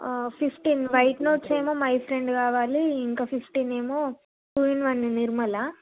fifteen white notes ఏమో my friend కావాలి ఇంకా ఫిఫ్టీన్ ఏమో టూ ఇన్ వన్ నిర్మలా